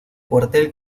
cuartel